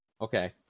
Okay